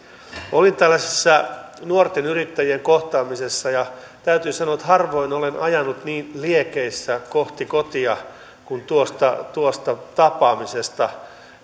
olin tällaisessa nuorten yrittäjien kohtaamisessa ja täytyy sanoa että harvoin olen ajanut niin liekeissä kohti kotia kuin tuosta tuosta tapaamisesta